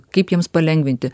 kaip jiems palengvinti